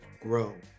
grow